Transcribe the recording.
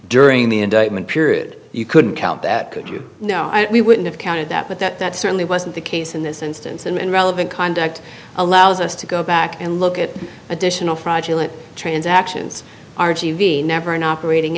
during the indictment period you couldn't count that could you know we wouldn't have counted that but that certainly wasn't the case in this instance and relevant conduct allows us to go back and look at additional fraudulent transactions are never an operating